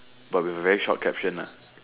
but with a very short caption lah